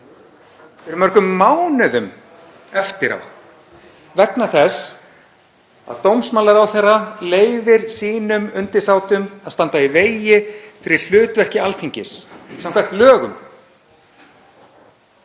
Við erum mörgum mánuðum eftir á vegna þess að dómsmálaráðherra leyfir sínum undirsátum að standa í vegi fyrir hlutverki Alþingis samkvæmt lögum.